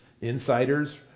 insiders